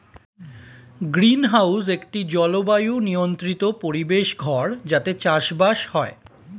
greenhouse একটি জলবায়ু নিয়ন্ত্রিত পরিবেশ ঘর যাতে চাষবাস হয়